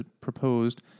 proposed